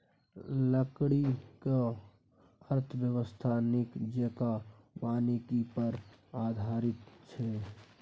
लकड़ीक अर्थव्यवस्था नीक जेंका वानिकी पर आधारित छै